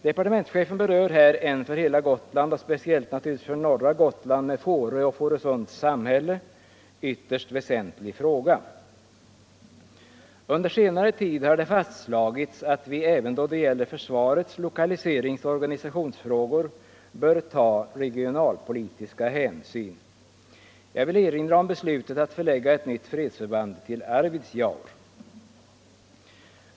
Departementschefen berör här en för hela Gotland och speciellt naturligtvis för norra Gotland med Fårö och Fårösunds samhälle ytterst väsentlig fråga. Under senare tid har det fastslagits att vi även då det gäller försvarets lokaliseringsoch organisationsfrågor bör ta regionalpolitiska hänsyn. Jag vill erinra om beslutet att förlägga ett nytt fredsförband till Arvidsjaur.